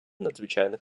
надзвичайних